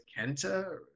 Kenta